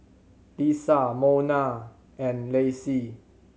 Liza Monna and Lacey